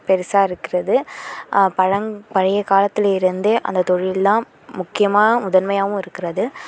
பெருசாக இருக்கிறது பழங் பழைய காலத்தில் இருந்தே அந்த தொழிலெல்லாம் முக்கியமாக முதன்மையாகவும் இருக்கிறது